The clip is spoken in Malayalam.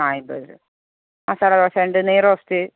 ആ അമ്പത് രൂപ മസാല ദോശ ഉണ്ട് നെയ് റോസ്റ്റ്